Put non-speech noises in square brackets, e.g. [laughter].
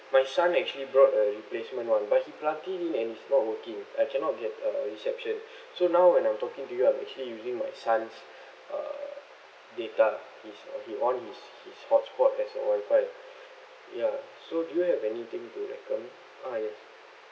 my son actually brought a replacement [one] but he plugged it in and it's not working I cannot get a reception [breath] so now when I'm talking to you I'm actually using my son's [breath] uh data he's uh he on his his hotspots as a wi-fi ya so do you have anything to recommend ah yes